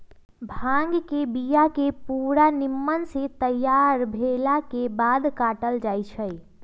भांग के बिया के पूरा निम्मन से तैयार भेलाके बाद काटल जाइ छै